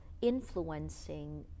influencing